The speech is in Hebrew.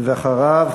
ואחריו,